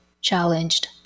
challenged